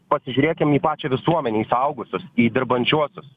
pasižiūrėkim į pačią visuomenę į suaugusius į dirbančiuosius